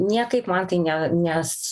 niekaip man tai ne nes